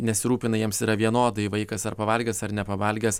nesirūpina jiems yra vienodai vaikas ar pavalgęs ar nepavalgęs